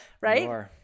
Right